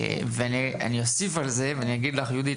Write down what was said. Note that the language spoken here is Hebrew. אני אוסף על זה ואני אגיד לך יהודית,